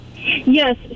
Yes